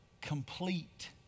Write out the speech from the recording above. complete